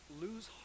lose